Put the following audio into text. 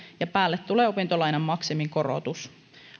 ja päälle tulee opintolainan maksimikorotus